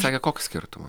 sakė koks skirtuma